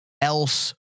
else